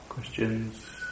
Questions